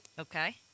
Okay